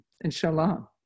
inshallah